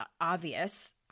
obvious